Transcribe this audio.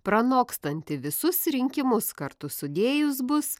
pranokstanti visus rinkimus kartu sudėjus bus